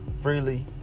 freely